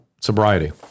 sobriety